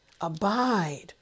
abide